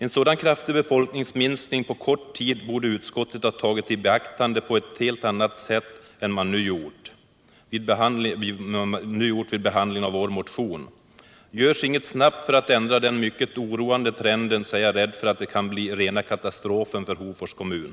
En sådan kraftig befolkningsminskning på kort tid borde utskottet ha tagit i beaktande på ett annat sätt än man nu gjort vid behandlingen av vår motion. Görs inget snabbt för att ändra den mycket oroande trenden är jag rädd för att det kan bli rena katastrofen för Hofors kommun.